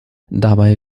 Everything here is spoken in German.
dabei